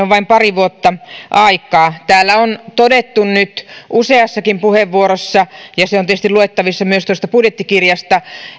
vain pari vuotta aikaa täällä on todettu nyt useassakin puheenvuorossa ja se on tietysti luettavissa myös tuosta budjettikirjasta